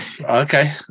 Okay